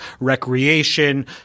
recreation